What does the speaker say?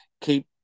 keep